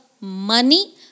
money